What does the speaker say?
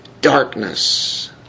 darkness